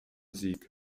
sieg